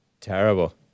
Terrible